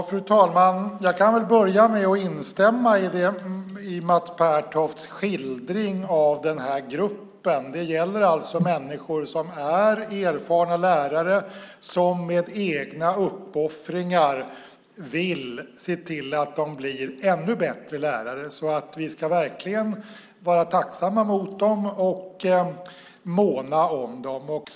Fru talman! Jag kan börja med att instämma i Mats Pertofts skildring av den här gruppen. Det gäller alltså människor som är erfarna lärare och som med egna uppoffringar vill se till att de blir ännu bättre lärare. Vi ska verkligen vara tacksamma mot dem och måna om dem.